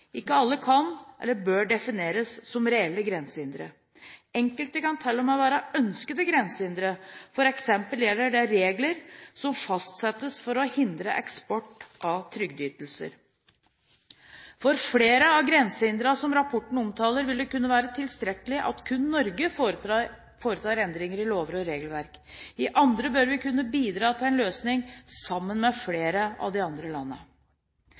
Ikke alle kan, eller bør, defineres som reelle grensehindre. Enkelte kan til og med være ønskede grensehindre, f.eks. gjelder det regler som fastsettes for å hindre eksport av trygdeytelser. For flere av grensehindrene som rapporten omtaler, vil det kunne være tilstrekkelig at kun Norge foretar endringer i lover og regelverk, i andre bør vi kunne bidra til en løsning sammen med flere av de andre